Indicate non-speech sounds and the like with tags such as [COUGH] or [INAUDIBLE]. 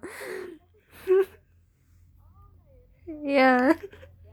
[LAUGHS] ya